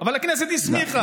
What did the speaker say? אבל הכנסת הסמיכה.